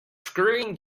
screwing